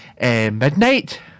midnight